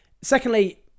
Secondly